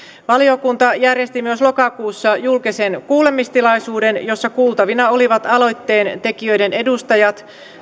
valiokunta järjesti myös lokakuussa julkisen kuulemistilaisuuden jossa kuultavina olivat aloitteen tekijöiden edustajat